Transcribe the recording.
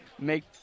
make